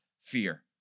fear